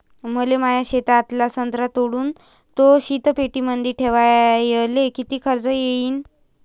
मले माया शेतातला संत्रा तोडून तो शीतपेटीमंदी ठेवायले किती खर्च येईन?